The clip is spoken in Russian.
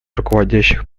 руководящих